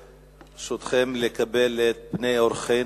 ברשותכם, לקבל את פני אורחינו,